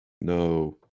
No